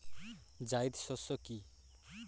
জায়িদ শস্য কি?